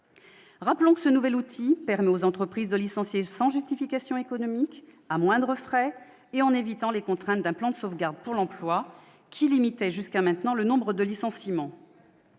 Rappelons que ce nouvel outil permet aux entreprises de licencier sans justification économique et à moindres frais, en évitant les contraintes d'un plan de sauvegarde pour l'emploi, dispositif qui limitait jusqu'à présent le nombre des licenciements.